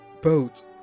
boat